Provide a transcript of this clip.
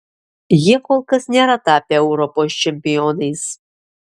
jie kol kas nėra tapę europos čempionais